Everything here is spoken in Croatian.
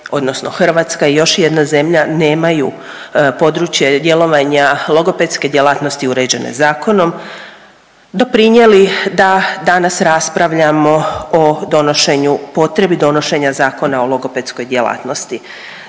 odnosno Hrvatska i još jedna zemlja nemaju područje djelovanja logopedske djelatnosti uređene zakonom doprinijeli da danas raspravljamo o donošenju, potrebi donošenja Zakona o logopedskoj djelatnosti.